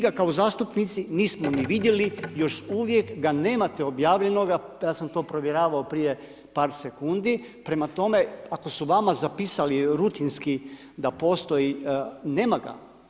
kao zastupnici nismo ni vidjeli, još uvijek ga nemate objavljenoga, ja sam to provjeravao prije par sekundi, prema tome ako su vama zapisali rutinski da postoji, nema ga.